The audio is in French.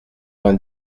vingt